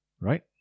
Right